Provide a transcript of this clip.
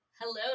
Hello